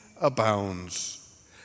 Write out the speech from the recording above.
abounds